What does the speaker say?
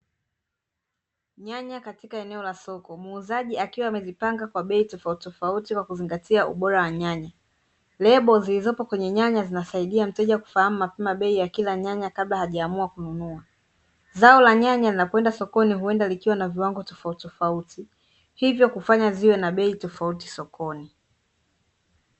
Nyanya katika eneo la soko. Muuzaji akiwa amezipanga katika bei tofauti tofauti kwa kuzingatia ubora wa nyanya. Lebo zilizopo kwenye nyanya zinamsaidia mteja kujua bei ya kila nyanya kabla hajaamua kununua. Zao la nyanya linapoenda sokoni huenda likiwa na viwango tofauti tofauti hivyo kufanya ziwe na bei tofauti sokoni.